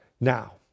Now